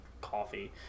coffee